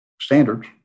standards